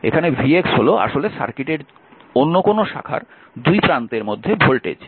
এখানে vx হল আসলে সার্কিটের অন্য কোনো শাখার দুই প্রান্তের মধ্যে ভোল্টেজ